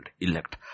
Elect